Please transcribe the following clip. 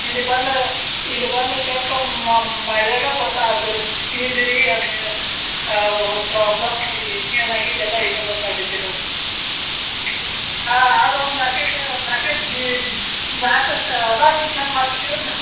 ಇಲ್ಲಿಗೆ ಬಂದು ಇಲ್ಲಿ ಬಂದು ಚೆಕಮ್ ಮಾಡಿದಾಗ ಗೊತ್ತಾಗುದು ರೀ ಪೀಜ್ ರೀ ಅದು ಪ್ರಾಬ್ಲಮ್ ಇದು ಏನಾಗೈತೆ ಎಲ್ಲ ಇಲ್ಲೇ ಗೊತ್ತಾಗ್ತತ್ ಹಾಂ ಅದು ಒಂದು ನಾಲ್ಕೈದು ನಾಲ್ಕೈದು ನಾಲ್ಕು ಸಲ ಚಿಚ್ಚಾಕ್ ಮಾಡ್ಸ್ಬೇಕ್ ರೀ ಅದನ್ನ